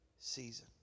season